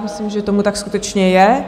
Myslím, že tomu tak skutečně je.